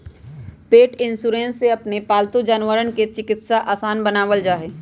पेट insurance से अपन पालतू जानवर के चिकित्सा आसान बनावल जा सका हई